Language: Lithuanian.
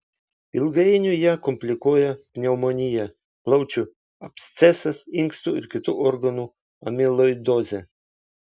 ilgainiui ją komplikuoja pneumonija plaučių abscesas inkstų ir kitų organu amiloidozė